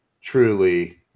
truly